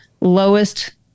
lowest